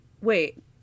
wait